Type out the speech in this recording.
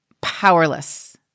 powerless